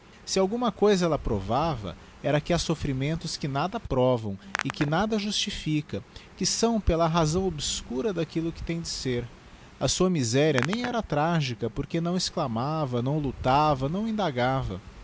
se alguma cousa ella provava era que ha soffrimentos que nada provam e que nada justifica que soo pela razão obscura daquillo que tem de ser a sua miséria nem era trágica porque não exclamava não lutava não indagava